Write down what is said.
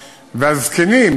והזקנים,